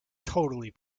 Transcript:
totally